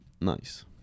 Nice